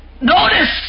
Notice